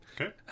Okay